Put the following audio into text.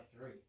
three